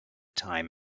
time